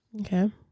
Okay